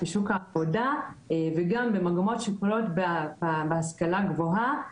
בשוק העבודה וגם ממגמות שקורות בהשכלה הגבוהה,